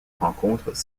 rencontres